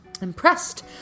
Impressed